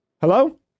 Hello